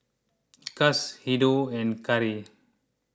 Guss Hideo and Carry